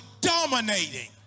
dominating